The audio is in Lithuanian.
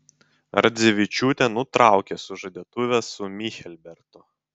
ardzevičiūtė nutraukė sužadėtuves su michelbertu